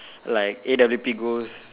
like A_W_P ghost